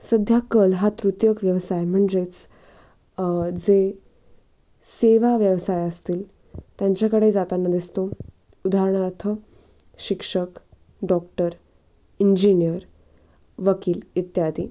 सध्या कल हा तृतीयक व्यवसाय म्हणजेच जे सेवा व्यवसाय असतील त्यांच्याकडे जाताना दिसतो उदाहरणार्थ शिक्षक डॉक्टर इंजीनियर वकील इत्यादी